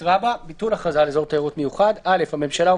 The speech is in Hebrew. ביטול הכרזה על אזור תיירות מיוחד 12ב. (א)הממשלה או